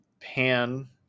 pan